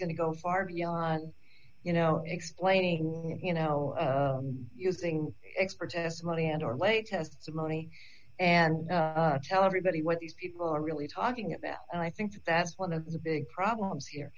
going to go far beyond you know explaining you know using experts as money and or lay testimony and tell everybody what these people are really talking about and i think that's one of the big problems here